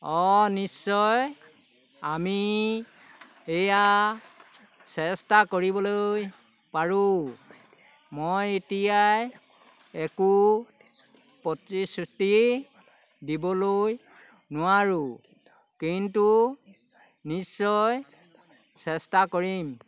অঁ নিশ্চয় আমি সেয়া চেষ্টা কৰিবলৈ পাৰোঁ মই এতিয়াই একো প্ৰতিশ্ৰুতি দিবলৈ নোৱাৰোঁ কিন্তু নিশ্চয় চেষ্টা কৰিম